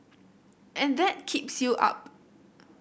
and that keeps you up